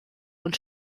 und